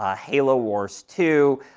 ah halo wars two,